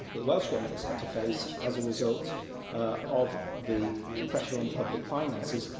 the the welsh government has had to face as a result of the pressure on public finances,